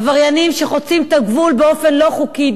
עבריינים שחוצים את הגבול באופן לא חוקי,